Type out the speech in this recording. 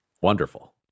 Wonderful